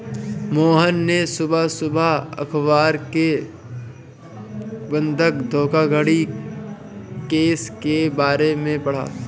मोहन ने सुबह सुबह अखबार में बंधक धोखाधड़ी केस के बारे में पढ़ा